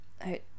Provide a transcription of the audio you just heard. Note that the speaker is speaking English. I-